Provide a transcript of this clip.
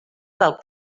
del